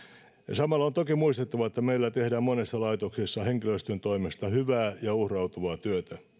samalla on toki muistettava että meillä tehdään monessa laitoksessa henkilöstön toimesta hyvää ja uhrautuvaa työtä se